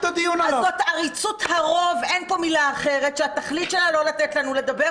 זאת עריצות הרוב אין פה מילה אחרת שהתכלית שלה לא לתת לנו לדבר.